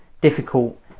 difficult